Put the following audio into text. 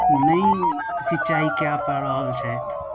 नहि सिँचाइ कऽ पाबि रहल छथि